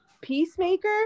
Peacemaker